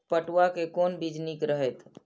पटुआ के कोन बीज निक रहैत?